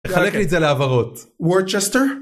‫חלק לזה להבהרות. ‫-וורצ'סטר?